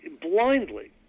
Blindly